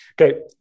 okay